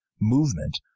movement